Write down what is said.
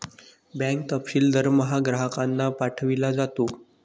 bank तपशील दरमहा ग्राहकांना पाठविला जातो